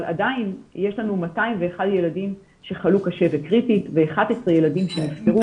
אבל עדיין יש לנו 201 ילדים שחלו קשה וקריטית ו-11 ילדים שנפטרו.